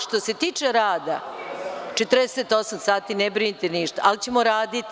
Što se tiče rada, 48 sati ne brinite ništa, ali ćemo raditi.